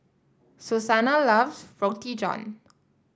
Susanna loves Roti John